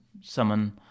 summon